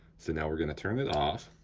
so now we're gonna turn it off.